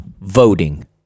voting